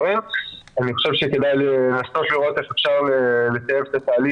הצטערתי לשמוע שמשרד האוצר לא יודע לתת את החישוב